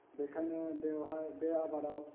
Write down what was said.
बेखायनो बेवहाय बे आबादाव